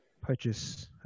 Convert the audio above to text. purchase